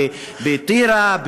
בטירה,